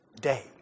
day